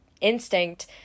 instinct